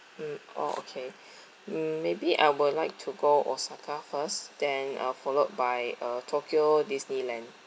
mm oh okay mm maybe I would like to go osaka first then uh followed by uh tokyo disneyland